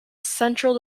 central